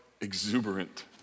exuberant